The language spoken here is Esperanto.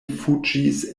fuĝis